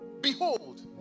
Behold